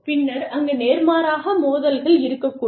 பின்னர் அங்கு நேர்மாறாக மோதல்கள் இருக்கக்கூடும்